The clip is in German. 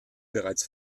bereits